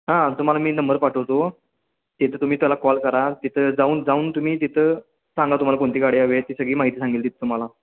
हां तुम्हाला मी नंबर पाठवतो तिथं तुम्ही त्याला कॉल करा तिथं जाऊन जाऊन तुम्ही तिथं सांगा तुम्हाला कोणती गाडी हवी ती सगळी माहिती सांगेल तिथं तुम्हाला